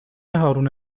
هارون